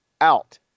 out